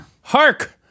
Hark